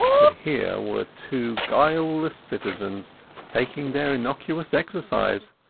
but here were two guileless citizens taking their innocuous exercise,